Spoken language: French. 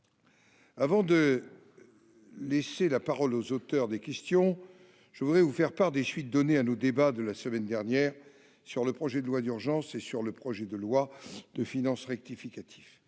Avant de laisser la parole aux auteurs des questions, je voudrais vous faire part des suites données à nos débats de la semaine dernière sur le projet de loi d'urgence et sur le projet de loi de finances rectificative.